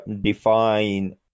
define